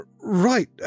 right